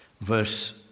verse